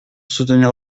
soutenir